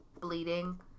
bleeding